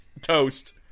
toast